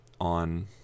on